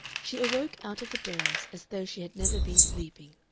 she awoke out of a doze, as though she had never been sleeping.